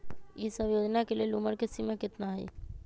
ई सब योजना के लेल उमर के सीमा केतना हई?